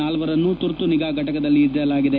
ನಾಲ್ವರನ್ನು ತುರ್ತು ನಿಗಾಘಟಕದಲ್ಲಿ ಇಡಲಾಗಿದೆ